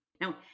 Now